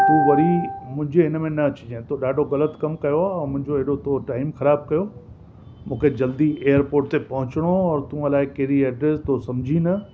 तू वरी मुंहिंजे हिनमें न अचिजांइ थो ॾाढो ग़लति कम कयो आहे ऐं मुंहिंजो एॾो थो टाइम ख़राबु कयो मूंखे जल्दी एअरपोर्ट ते पहुचणो हो और तू अलाए कहिड़ी एड्रेस थो समुझी न